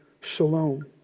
shalom